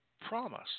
promise